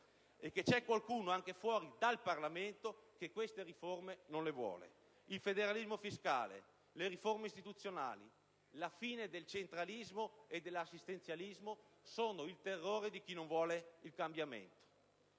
e che c'è qualcuno, anche fuori dal Parlamento, che queste riforme non le vuole. Il federalismo fiscale, le riforme istituzionali, la fine del centralismo e dell'assistenzialismo sono il terrore di chi non vuole il cambiamento.